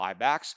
buybacks